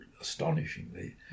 astonishingly